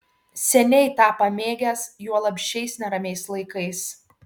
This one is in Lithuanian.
seniai tą pamėgęs juolab šiais neramiais laikais